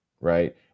right